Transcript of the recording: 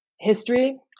History